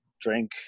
drink